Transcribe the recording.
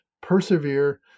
persevere